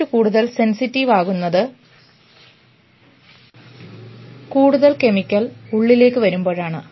post കൂടുതൽ sensitive ആകുന്നത് കൂടുതൽ കെമിക്കൽ ഉള്ളിലേക്ക് വരുമ്പോഴാണ്